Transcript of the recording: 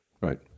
Right